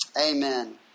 Amen